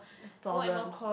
problems